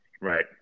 Right